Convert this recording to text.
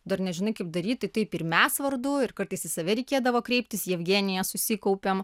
dar nežinai kaip daryti taip ir mes vardu ir kartais į save reikėdavo kreiptis jevgenija susikaupiam